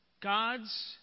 God's